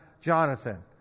Jonathan